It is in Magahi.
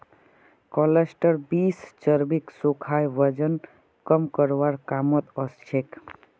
क्लस्टर बींस चर्बीक सुखाए वजन कम करवार कामत ओसछेक